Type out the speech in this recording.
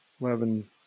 eleven